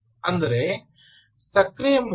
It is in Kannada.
ಅಂದರೆ ಸಕ್ರಿಯ ಮೋಡ್ 0